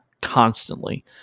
constantly